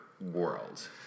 world